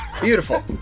Beautiful